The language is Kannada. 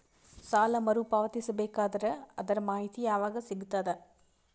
ಸಾಲ ಮರು ಪಾವತಿಸಬೇಕಾದರ ಅದರ್ ಮಾಹಿತಿ ಯವಾಗ ಸಿಗತದ?